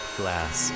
glass